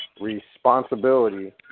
responsibility